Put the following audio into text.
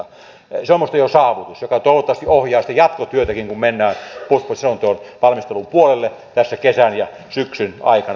se on minusta jo saavutus joka toivottavasti ohjaa sitten jatkotyötäkin kun mennään puolustuspoliittisen selonteon valmistelun puolelle tässä kesän ja syksyn aikana